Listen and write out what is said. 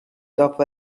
dopo